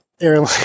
airline